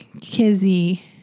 Kizzy